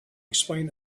explained